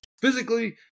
physically